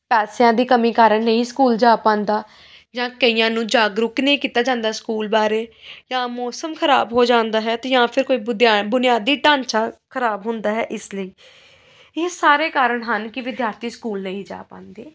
ਪੈਸਿਆਂ ਦੀ ਕਮੀ ਕਾਰਣ ਨਹੀਂ ਸਕੂਲ ਜਾ ਪਾਉਂਦਾ ਜਾਂ ਕਈਆਂ ਨੂੰ ਜਾਗਰੂਕ ਨਹੀਂ ਕੀਤਾ ਜਾਂਦਾ ਸਕੂਲ ਬਾਰੇ ਜਾਂ ਮੌਸਮ ਖਰਾਬ ਹੋ ਜਾਂਦਾ ਹੈ ਅਤੇ ਜਾਂ ਫਿਰ ਕੋਈ ਬੁਦਿਆ ਬੁਨਿਆਦੀ ਢਾਂਚਾ ਖਰਾਬ ਹੁੰਦਾ ਹੈ ਇਸ ਲਈ ਇਹ ਸਾਰੇ ਕਾਰਣ ਹਨ ਕਿ ਵਿਦਿਆਰਥੀ ਸਕੂਲ ਨਹੀਂ ਜਾ ਪਾਉਂਦੇ